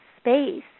space